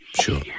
Sure